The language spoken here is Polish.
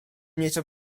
niczem